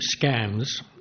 scams